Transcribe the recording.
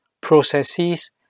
processes